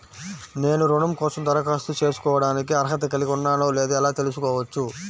నేను రుణం కోసం దరఖాస్తు చేసుకోవడానికి అర్హత కలిగి ఉన్నానో లేదో ఎలా తెలుసుకోవచ్చు?